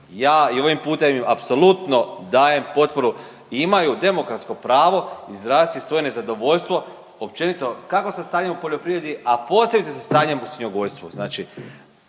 Ja i ovim putem im apsolutno dajem potporu i imaju demokratsko pravo izraziti svoje nezadovoljstvo općenito kako sad stanjem u poljoprivredi, a posebice sa stanjem u svinjogojstvu.